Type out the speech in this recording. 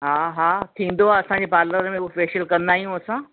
हा हा थींदो आहे असांजे पार्लर में उहो फ़ेशियल कंदा आहियूं असां